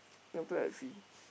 then after that I see